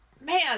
man